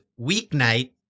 Weeknight